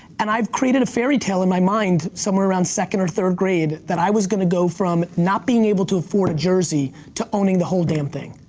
and i've created a fairy tale in my mind, somewhere around second or third grade, that i was gonna go from not being able to afford a jersey, to owning the whole damned thing.